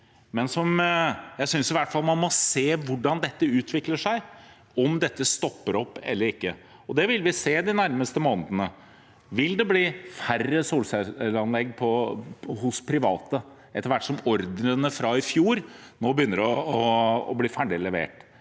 til. Jeg synes man i hvert fall må se på hvordan dette utvikler seg, om dette stopper opp eller ikke, og det vil vi se de nærmeste månedene. Vil det bli færre solcelleanlegg hos private etter hvert som ordrene fra i fjor begynner å bli ferdigleverte?